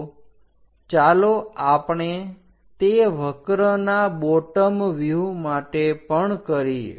તો ચાલો આપણે તે વક્રના બોટમ વ્યુહ માટે પણ કરીએ